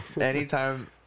anytime